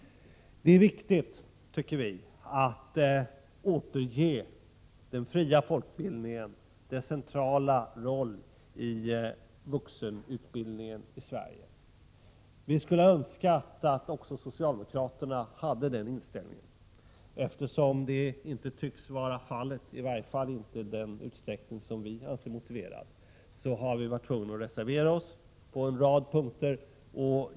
Det är viktigt, tycker vi, att återge den fria folkbildningen dess centrala roll i vuxenutbildningen i Sverige. Vi skulle önska att också socialdemokraterna hade den inställningen. Eftersom det inte tycks vara fallet, i varje fall inte i den utsträckning som vi anser vara motiverat, har vi varit tvungna att reservera oss på en rad punkter.